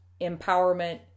empowerment